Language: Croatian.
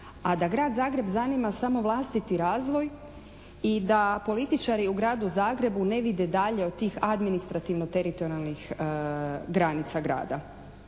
a da Grad Zagreb zanima samo vlastiti razvoj i da političari u Gradu Zagrebu ne vide dalje od tih administrativno-teritorijalnih granica grada.